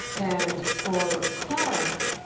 and for clarke,